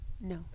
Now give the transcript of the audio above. no